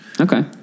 Okay